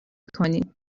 کنی